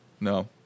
No